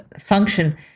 function